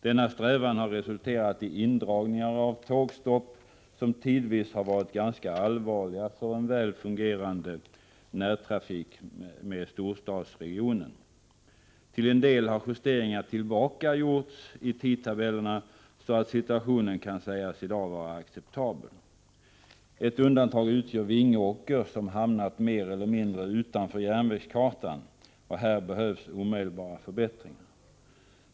Denna strävan har resulterat i indragningar av tågstopp som tidvis har varit ganska allvarliga för en väl fungerande närtrafik med storstadsregionen. Till en del har justeringar gjorts i tidtabellerna tillbaka till tidigare förhållanden, så att situationen kan i dag sägas vara acceptabel. Ett undantag utgör Vingåker som hamnat mer eller mindre utanför järnvägskartan. Här behövs omedelbara förbättringar.